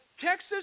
Texas